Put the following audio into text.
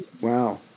wow